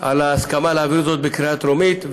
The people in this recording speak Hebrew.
על ההסכמה להעביר זאת בקריאה טרומית.